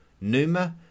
Numa